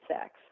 sex